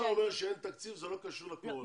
אומר שאין תקציב ושזה לא קשור לקורונה.